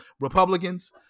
Republicans